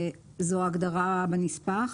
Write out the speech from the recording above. זו הגדרה בנספח.